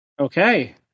Okay